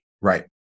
Right